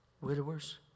widowers